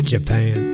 Japan